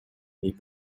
міг